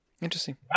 Interesting